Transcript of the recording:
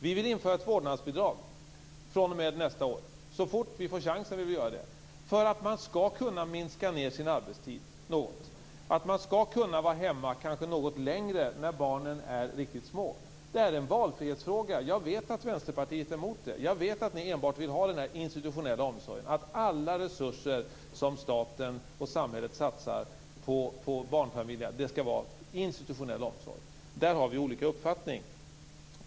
Vi vill införa ett vårdnadsbidrag fr.o.m. nästa år - så fort vi får chansen vill vi göra det - för att man skall kunna minska sin arbetstid något och kunna vara hemma något längre när barnen är riktigt små. Det är en valfrihetsfråga. Jag vet att Vänsterpartiet är emot det. Jag vet att Vänsterpartiet enbart vill ha den institutionella omsorgen och att alla resurser som staten och samhället satsar på barnfamiljer skall vara institutionell omsorg. Där har vi olika uppfattning.